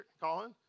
Colin